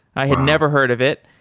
i have never heard of it,